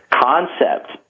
concept